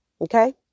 okay